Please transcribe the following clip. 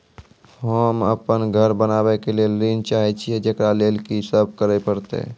होम अपन घर बनाबै के लेल ऋण चाहे छिये, जेकरा लेल कि सब करें परतै?